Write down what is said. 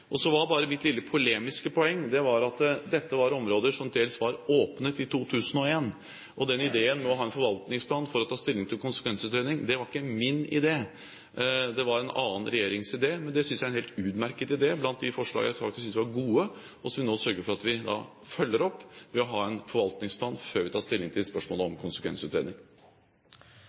Mitt lille polemiske poeng var at dette var områder som dels var åpnet i 2001. Ideen om å ha en forvaltningsplan for å ta stilling til konsekvensutredning var ikke min idé. Det var en annen regjerings idé, men jeg synes det er en helt utmerket idé. Det er blant de forslagene jeg har sagt at jeg synes er gode, og som jeg nå sørger for at vi følger opp ved å ha en forvaltningsplan før vi tar stilling til spørsmålet om konsekvensutredning.